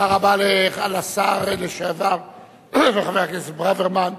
תודה רבה לשר לשעבר וחבר הכנסת ברוורמן.